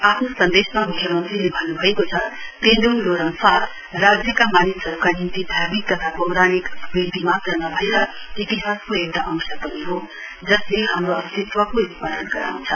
आफ्नो सन्देशमा मुख्यमन्त्रीले भन्नुभएको छ तेन् ोङ ल्हो रम् फात् राज्यका मानिसहरूका निम्ति धार्मिक तथा पौराणिक स्मृति मात्र नभएर इतिहासको एउटा अंश पनि हो जसले हाम्रो अस्तित्वको स्मरण गराउँछ